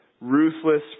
ruthless